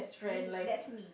me that's me